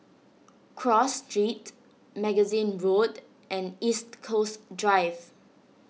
Cross Street Magazine Road and East Coast Drive